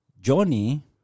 Johnny